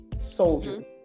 soldiers